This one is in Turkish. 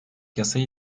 yasayı